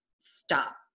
stop